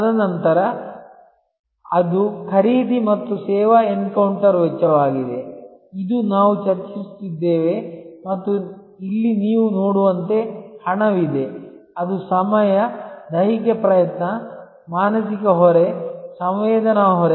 ತದನಂತರ ಅದು ಖರೀದಿ ಮತ್ತು ಸೇವಾ ವೆಚ್ಚವಾಗಿದೆ ಇದು ನಾವು ಚರ್ಚಿಸುತ್ತಿದ್ದೇವೆ ಮತ್ತು ಇಲ್ಲಿ ನೀವು ನೋಡುವಂತೆ ಹಣವಿದೆ ಅದು ಸಮಯ ದೈಹಿಕ ಪ್ರಯತ್ನ ಮಾನಸಿಕ ಹೊರೆ ಸಂವೇದನಾ ಹೊರೆ